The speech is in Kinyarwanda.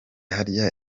harya